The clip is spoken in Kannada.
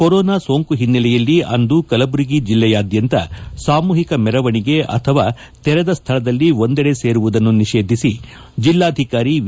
ಕೊರೋನಾ ಸೋಂಕು ಹಿನ್ನೆಲೆಯಲ್ಲಿ ಅಂದು ಕಲಬುರಗಿ ಜಿಲ್ಲೆಯಾದ್ದಂತ ಸಾಮೂಹಿಕ ಮೆರವಣಿಗೆ ಅಥವಾ ತೆರದ ಸ್ಥಳದಲ್ಲಿ ಒಂದೇಡೆ ಸೇರುವುದನ್ನು ನಿಷೇಧಿಸಿ ಜಿಲ್ಲಾಧಿಕಾರಿ ವಿ